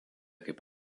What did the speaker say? kaip